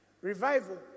Revival